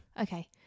Okay